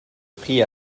pris